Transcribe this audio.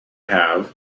have